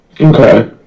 okay